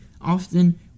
often